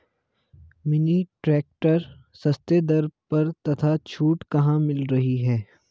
Mini tractor सस्ते दर पर तथा छूट कहाँ मिल रही है?